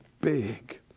big